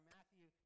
Matthew